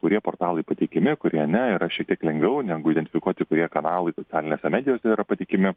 kurie portalai patikimi kurie ne yra šiek tiek lengviau negu identifikuoti kurie kanalai socialinėse medijose yra patikimi